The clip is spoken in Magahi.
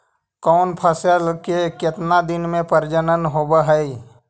कौन फैसल के कितना दिन मे परजनन होब हय?